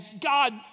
God